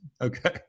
Okay